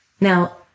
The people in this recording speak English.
Now